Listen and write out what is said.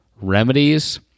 remedies